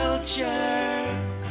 Culture